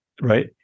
right